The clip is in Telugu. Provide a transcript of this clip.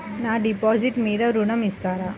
నా డిపాజిట్ మీద ఋణం ఇస్తారా?